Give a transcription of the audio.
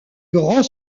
grand